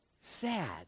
sad